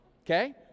okay